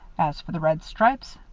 as for the red stripes,